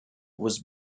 was